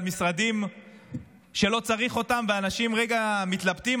משרדים שלא צריך אותם ואנשים רגע מתלבטים,